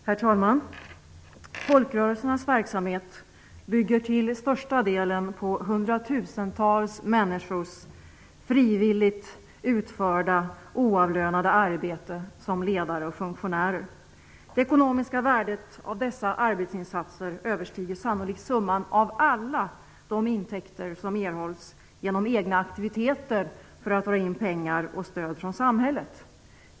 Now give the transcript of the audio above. Herr talman! Folkrörelsernas verksamhet bygger till största delen på hundratusentals människors frivilligt utförda, oavlönade arbete som ledare och funktionärer. Det ekonomiska värdet av dessa arbetsinsatser överstiger sannolikt summan av de intäkter som erhålls genom egna aktiviteter för att få in pengar och stöd från samhället.